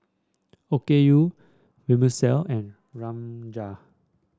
Okayu Vermicelli and